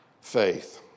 faith